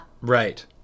Right